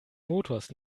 motors